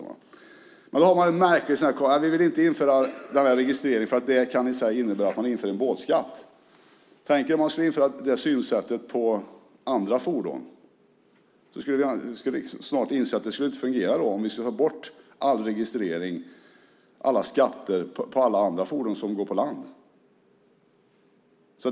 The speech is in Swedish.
Då säger man från utskottsmajoriteten att man inte vill införa denna registrering eftersom det i sig kan innebära att en båtskatt införs. Tänk om man skulle ha detta synsätt på andra fordon. Då skulle man snart inse att det inte skulle fungera om man tog bort all registrering och alla skatter från alla andra fordon som går på land.